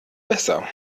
besser